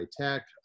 Tech